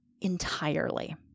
entirely